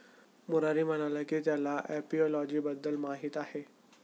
मुरारी म्हणाला की त्याला एपिओलॉजी बद्दल माहीत आहे